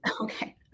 okay